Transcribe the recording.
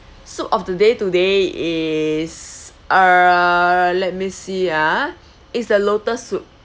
soup of the day today is err let me see ah is the lotus soup